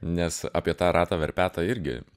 nes apie tą ratą verpetą irgi